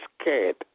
scared